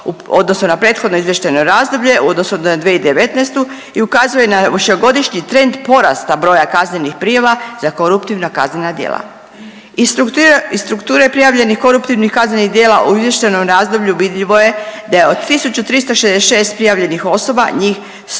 odnosu na prethodno izvještajno razdoblje u odnosu na 2019. i ukazuje na višegodišnji trend porasta broja kaznenih prijava za koruptivna kaznena djela. Iz strukture prijavljenih koruptivnih kaznenih djela u izvještajnom razdoblju vidljivo je da je 1.366 prijavljenih osoba njih